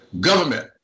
Government